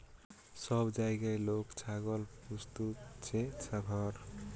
সব জাগায় লোক ছাগল পুস্তিছে ঘর